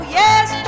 yes